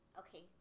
okay